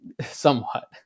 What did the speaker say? somewhat